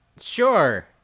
Sure